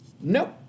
Nope